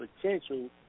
potential